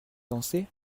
danser